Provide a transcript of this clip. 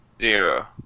Zero